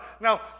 now